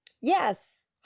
Yes